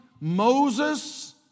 Moses